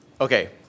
Okay